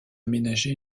aménagé